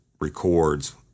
records